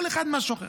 כל אחד משהו אחר.